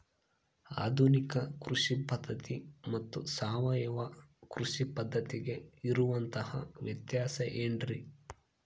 ಆಧುನಿಕ ಕೃಷಿ ಪದ್ಧತಿ ಮತ್ತು ಸಾವಯವ ಕೃಷಿ ಪದ್ಧತಿಗೆ ಇರುವಂತಂಹ ವ್ಯತ್ಯಾಸ ಏನ್ರಿ?